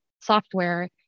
software